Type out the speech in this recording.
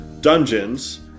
dungeons